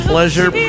Pleasure